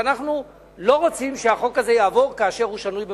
שאנחנו לא רוצים שהחוק הזה יעבור כאשר הוא שנוי במחלוקת,